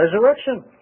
resurrection